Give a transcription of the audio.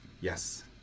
Yes